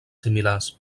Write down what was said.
similars